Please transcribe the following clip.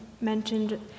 mentioned